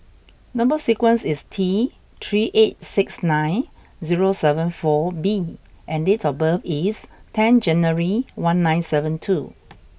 number sequence is T three eight six nine zero seven four B and date of birth is ten January one nine seven two